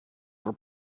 were